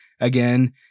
again